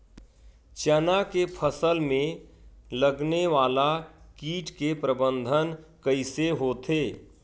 चना के फसल में लगने वाला कीट के प्रबंधन कइसे होथे?